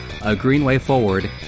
agreenwayforward